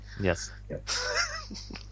Yes